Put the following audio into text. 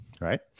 Right